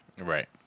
Right